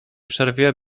przerwie